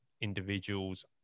individuals